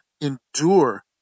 endure